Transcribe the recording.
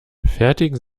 fertigen